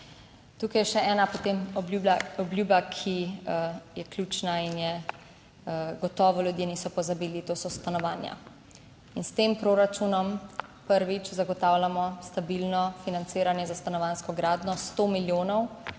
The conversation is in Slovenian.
Tukaj je še ena potem obljuba, ki je ključna in je gotovo ljudje niso pozabili. To so stanovanja. In s tem proračunom, prvič, zagotavljamo stabilno financiranje za stanovanjsko gradnjo, sto milijonov